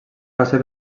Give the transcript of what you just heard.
passa